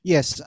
Yes